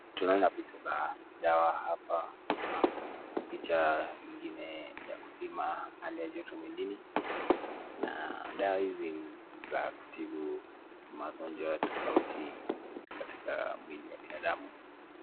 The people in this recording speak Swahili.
Tunaona picha za dawa hapa na picha ingine ya kupima hali ya joto mwilini na dawa hizi ni za kutibu magonjwa tofauti katika mwili ya binadamu.